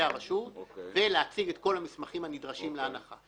הרשות ולהציג את כל המסמכים הנדרשים להנחה.